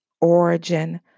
origin